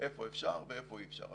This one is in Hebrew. איפה אפשר ואיפה אי אפשר.